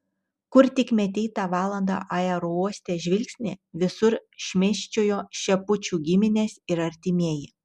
kur tik metei tą valandą aerouoste žvilgsnį visur šmėsčiojo šepučių giminės ir artimieji